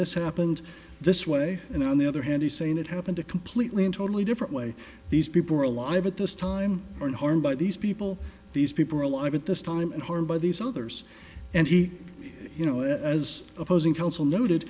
this happened this way and on the other hand he's saying it happened a completely and totally different way these people are alive at this time and harmed by these people these people are alive at this time and harmed by these others and he you know as opposing counsel noted